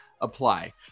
apply